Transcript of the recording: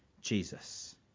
Jesus